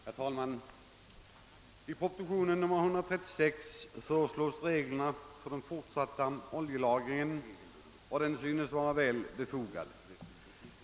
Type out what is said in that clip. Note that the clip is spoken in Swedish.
Herr talman! I proposition nr 136 föreslås en ändring av reglerna för den fortsatta oljelagringen, som synes vara väl befogad.